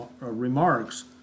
remarks